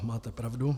Máte pravdu.